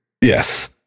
Yes